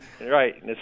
Right